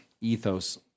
ethos